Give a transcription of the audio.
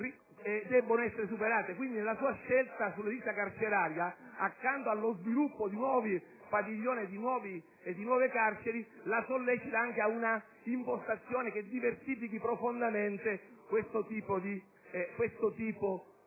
debbono essere superate; quindi, nella sua scelta sull'edilizia carceraria, accanto allo sviluppo di nuovi padiglioni e di nuove carceri, la sollecito anche ad un'impostazione che diversifichi profondamente questo